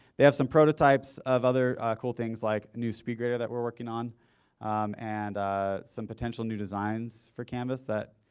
they have some prototypes of other cool things like new spped grader that we're working on and some potential new designs for canvas that,